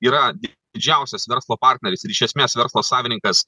yra didžiausias verslo partneris ir iš esmės verslo savininkas